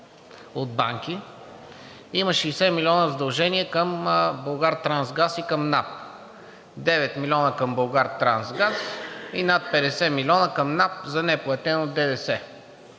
от банки, има 60 млн. лв. задължения към „Булгартрансгаз“ и към НАП – 9 милиона към „Булгартрансгаз“ и над 50 милиона към НАП за неплатено ДДС,